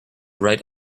write